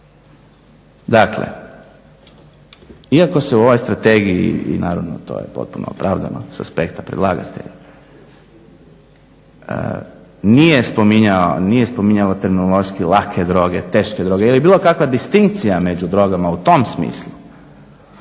Dakle, iako se u ovoj strategiji, i naravno to je potpuno opravdano s aspekta predlagatelja, nije spominjao terminološki lake droge, teške droge ili bilo kakva distinkcija među drogama u tom smislu,